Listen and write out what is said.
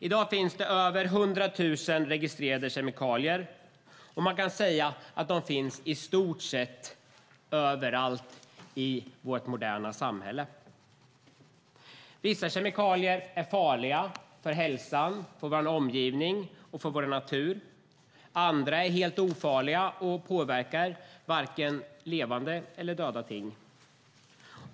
I dag finns det över 100 000 registrerade kemikalier, och man kan säga att de finns i stort sett överallt i vårt moderna samhälle. Vissa kemikalier är farliga för hälsan, för vår omgivning och för vår natur. Andra är helt ofarliga och påverkar varken levande eller döda ting.